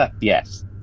Yes